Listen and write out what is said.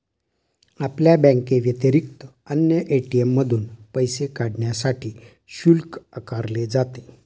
आपल्या बँकेव्यतिरिक्त अन्य ए.टी.एम मधून पैसे काढण्यासाठी शुल्क आकारले जाते